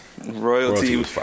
Royalty